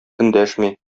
эндәшми